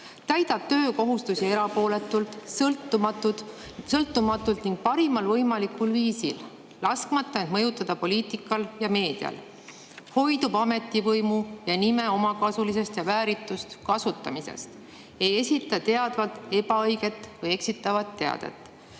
täidab töökohustusi erapooletult, sõltumatult ning parimal võimalikul viisil, laskmata end mõjutada poliitikal ja meedial; hoidub ametivõimu ja ‑nime omakasulisest ja vääritust kasutamisest; ei esita teadvalt ebaõiget või eksitavat teavet. Nende